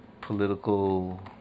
political